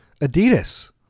Adidas